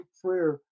prayer